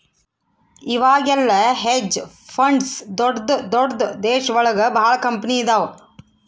ಇವಾಗೆಲ್ಲ hedge funds ದೊಡ್ದ ದೊಡ್ದ ದೇಶ ಒಳಗ ಭಾಳ ಕಂಪನಿ ಇದಾವ